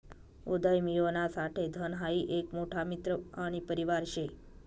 उदयमियोना साठे धन हाई एक मोठा मित्र आणि परिवार शे